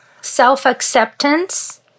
self-acceptance